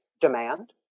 demand